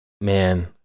man